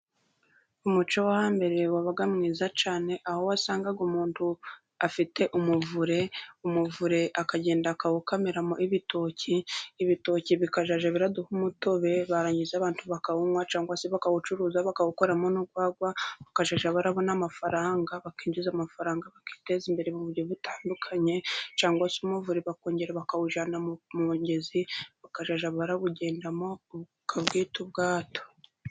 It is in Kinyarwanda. Umuco wo hambere wabaga ari mwiza cyane, aho wasangaga umuntu afite umuvure, umuvure akagenda akawukamiramo ibitoki, ibitoki bikazajya biraraduha umutobe, barangiza abantu bakawunywa cyangwa se bakawucuruza, bakawukoramo n'urwagwa bakazajya barabona n'amafaranga bakinjiza amafaranga bakiteza imbere mu buryo butandukanye, cyangwa se umuvure bakongera bakawujyana mu mugezi bakazajya barabugendamo ukabwita ubwato.